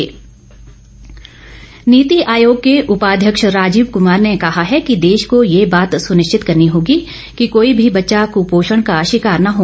नीति आयोग नीति आयोग के उपाध्यक्ष राजीव कुमार ने कहा है कि देश को यह बात सुनिश्चित करनी होगी कि कोई भी बच्चा क्पोषण का शिकार न हो